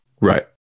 right